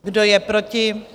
Kdo je proti?